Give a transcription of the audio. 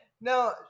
No